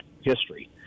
history